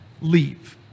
leave